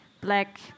Black